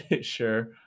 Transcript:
Sure